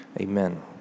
Amen